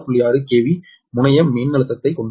6 KV முனைய மின்னழுத்தத்தைக் கொண்டுள்ளது